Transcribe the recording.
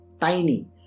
tiny